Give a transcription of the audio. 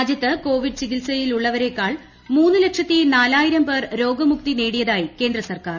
രാജ്യത്ത് കോവിഡ് ചികിത്യയിലുള്ളവരേക്കാൾ മൂന്ന് ലക്ഷത്തി നാലായിരം പ്പേർ രോഗമുക്തി നേടിയതായി കേന്ദ്രസർക്കാർ